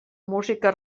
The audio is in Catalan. música